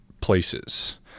places